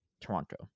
Toronto